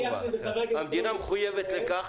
המדינה מחויבת לכך